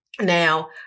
Now